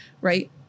right